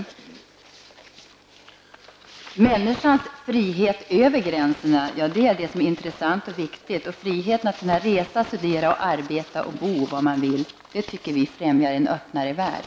Det som är intressant och viktigt är människans frihet över gränserna. Vi anser att friheten att kunna resa, studera, arbeta och bo var man vill främjar en öppnare värld.